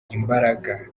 imbaraga